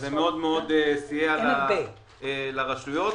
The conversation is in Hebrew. וזה סייע מאוד לרשויות.